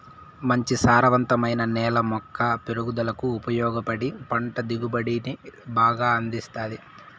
మంచి సారవంతమైన నేల మొక్క పెరుగుదలకు ఉపయోగపడి పంట దిగుబడిని బాగా అందిస్తాది